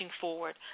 forward